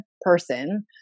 person